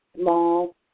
small